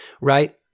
right